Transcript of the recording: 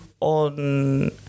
on